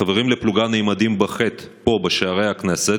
החברים לפלוגה נעמדים בחי"ת פה בשערי הכנסת,